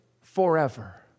forever